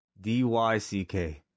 D-Y-C-K